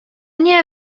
nie